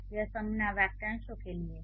यह संज्ञा वाक्यांशों के लिए है